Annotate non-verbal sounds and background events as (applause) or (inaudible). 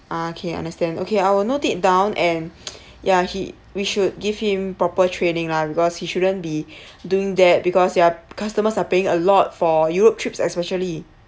okay understand okay I'll note it down and (noise) ya he we should give him proper training lah because he shouldn't be doing that because ya customers are paying a lot for europe trips especially